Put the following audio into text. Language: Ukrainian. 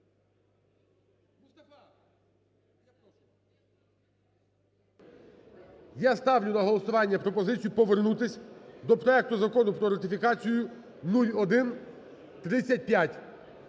Я ставлю на голосування пропозицію повернутися до проекту Закону про ратифікацію 0135.